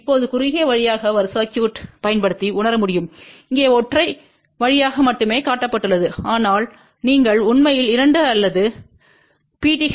இப்போது குறுகிய வழியாக ஒரு சர்க்யூட் பயன்படுத்தி உணர முடியும் இங்கே ஒற்றை வழியாக மட்டுமே காட்டப்பட்டுள்ளது ஆனால் நீங்கள் உண்மையில் இரண்டு அல்லது இரண்டு பி